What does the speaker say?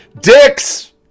Dicks